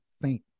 faint